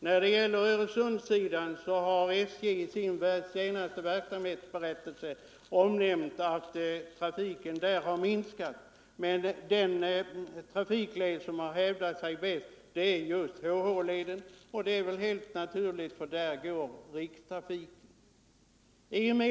När det gäller Öresundssidan har SJ i sin senaste verksamhetsberättelse omnämnt att trafiken där har minskat. Men den trafikled som har hävdat sig bäst är just HH-leden, och det är helt naturligt, för där går rikstrafiken.